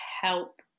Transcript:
help